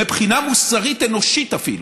מבחינה מוסרית אנושית אפילו?